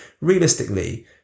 realistically